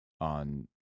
on